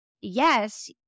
yes